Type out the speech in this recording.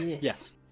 Yes